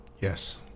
Yes